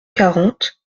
quarante